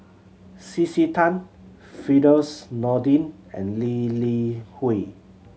C C Tan Firdaus Nordin and Lee Li Hui